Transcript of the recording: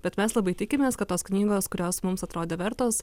bet mes labai tikimės kad tos knygos kurios mums atrodė vertos